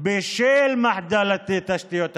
בשל מחדל תשתיות התקשורת.